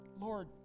Lord